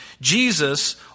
Jesus